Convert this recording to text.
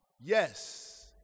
yes